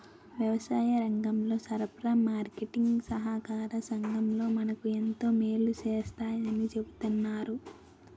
వ్యవసాయరంగంలో సరఫరా, మార్కెటీంగ్ సహాకార సంఘాలు మనకు ఎంతో మేలు సేస్తాయని చెప్తన్నారు